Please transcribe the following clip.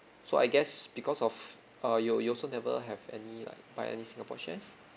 so I guess because of uh you you also never have any like buy any singapore shares